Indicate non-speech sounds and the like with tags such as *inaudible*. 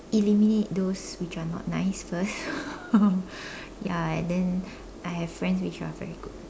eliminate those which are not nice first *laughs* ya and then I have friends which are very good